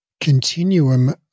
continuum